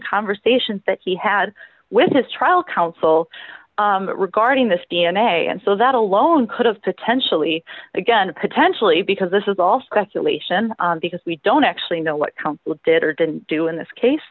conversations that he had with his trial counsel regarding this d n a and so that alone could have potentially again potentially because this is all speculation because we don't actually know what did or didn't do in this case